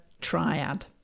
triad